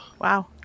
Wow